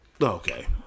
Okay